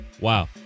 wow